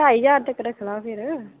ढाई ज्हार तक्कर रक्खना फिर